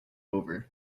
over